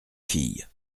fille